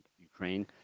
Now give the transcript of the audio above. Ukraine